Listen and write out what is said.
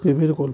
প্রেমের গল্প